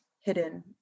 hidden